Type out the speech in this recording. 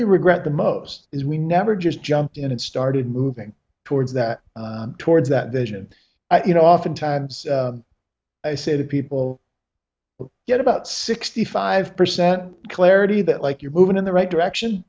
regret the most is we never just jumped in and started moving towards that towards that vision that you know often times i say to people who get about sixty five percent clarity that like you're moving in the right direction